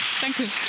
Danke